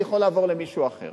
אני יכול לעבור למישהו אחר